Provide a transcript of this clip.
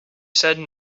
said